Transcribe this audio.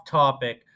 topic